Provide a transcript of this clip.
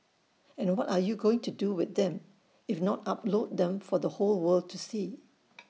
and what are you going to do with them if not upload them for the whole world to see